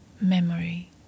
memory